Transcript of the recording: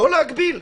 לא להגביל.